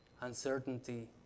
uncertainty